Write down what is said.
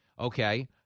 okay